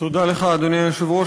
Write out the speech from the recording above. אדוני היושב-ראש,